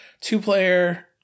two-player